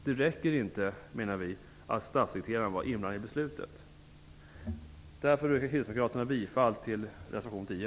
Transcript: Det räcker inte, menar vi, att statssekreteraren var inblandad i beslutet. Därför yrkar kristdemokraterna bifall till reservation 10.